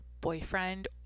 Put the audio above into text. boyfriend